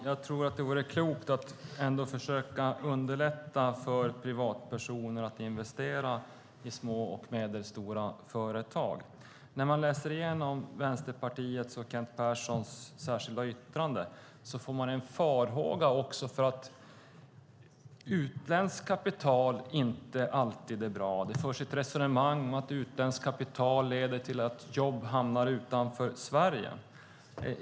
Herr talman! Det är nog ändå klokt att försöka underlätta för privatpersoner att investera i små och medelstora företag. När man läser Vänsterpartiets och Kent Perssons särskilda yttrande får man intrycket att utländskt kapital inte alltid är bra. Det förs ett resonemang om att utländskt kapital leder till att jobb hamnar utanför Sverige.